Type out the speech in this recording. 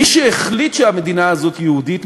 מי שהחליט שהמדינה הזאת יהודית,